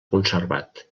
conservat